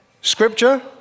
Scripture